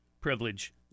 privilege